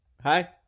hi